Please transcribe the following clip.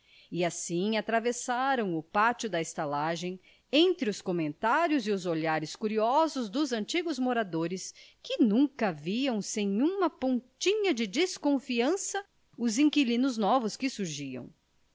e assim atravessaram o pátio da estalagem entre os comentários e os olhares curiosos dos antigos moradores que nunca viam sem uma pontinha de desconfiança os inquilinos novos que surgiam